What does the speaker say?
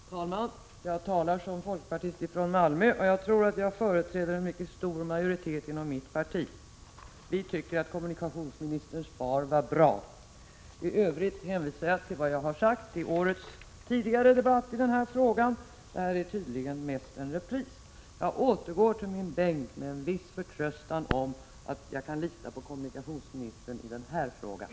Herr talman! Jag talar som folkpartist från Malmö, och jag tror att jag företräder en mycket stor majoritet inom mitt parti. Vi tycker att kommunikationsministerns svar var bra, i övrigt hänvisar jag till vad jag sagt i årets tidigare debatt i den här frågan. Detta är tydligen mest en repris. 43 Jag återgår till min bänk med en viss förtröstan om att jag kan lita på kommunikationsministern i den här frågan.